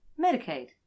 Medicaid